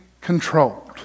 controlled